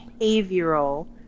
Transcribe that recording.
behavioral